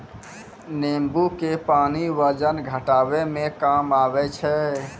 नेंबू के पानी वजन घटाबै मे काम आबै छै